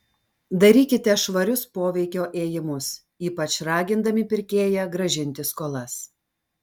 darykite švarius poveikio ėjimus ypač ragindami pirkėją grąžinti skolas